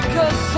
Cause